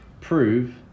prove